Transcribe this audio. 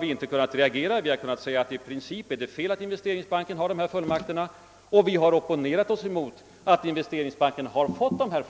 Vi kan säga att det i princip är fel att Investeringsbanken har dessa fullmakter. Vi har tidigare opponeratl oss mot att Investeringsbanken fått dem,